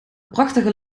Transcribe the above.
prachtige